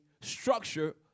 structure